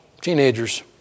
teenagers